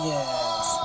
Yes